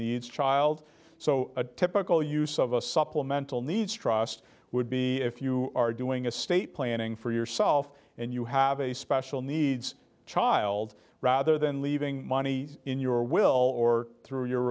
needs child so a typical use of a supplemental needs trust would be if you are doing a state planning for yourself and you have a special needs child rather than leaving money in your will or through your